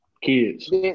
Kids